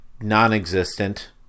non-existent